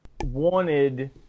wanted